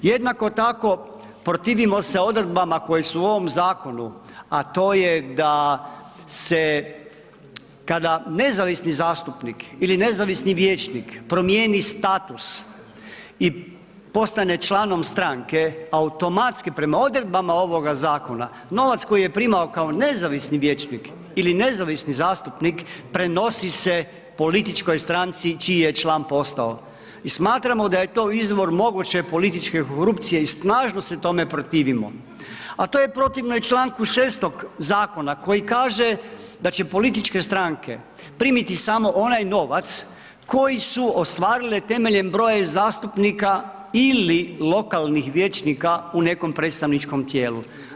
Jednako tako, protivimo se odredbama koje su u ovom zakonu, a to je da se, kada nezavisni zastupnik ili nezavisni vijećnik promijeni status i postane članom stranke, automatski prema odredbama ovoga zakona, novac koji je primao kao nezavisni vijećnik ili nezavisni zastupnik, prenosi se političkoj stranci čiji je član postao i smatramo da je to izvor moguće političke korupcije i snažno se tome protivimo, a to je protivno i čl. 6. zakona koji kaže da će političke stranke primiti samo onaj novac koji su ostvarile temeljem broja i zastupnika ili lokalnih vijećnika u nekom predstavničkom tijelu.